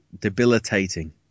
debilitating